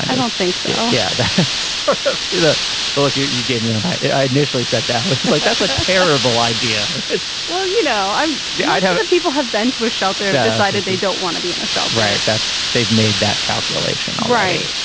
i don't think so. yeah. that's sort of the book you you gave me when i initially said that like that's a terrible idea. well you know i yeah i'd have that people have been to a shelter decided they don't want to be in a shelter right that's. they've made that calculation. all right.